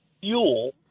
fuel